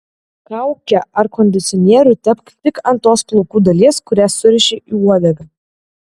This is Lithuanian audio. kaukę ar kondicionierių tepk tik ant tos plaukų dalies kurią suriši į uodegą